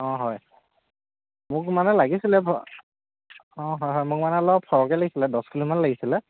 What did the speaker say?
অঁ হয় মোক মানে লাগিছিলে অঁ হয় হয় মোক মানে অলপ সৰহকৈ লাগিছিলে দহ কিলোমান লাগিছিলে